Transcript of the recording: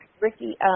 Ricky